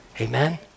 Amen